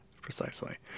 Precisely